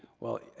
well,